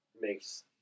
makes